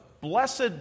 blessed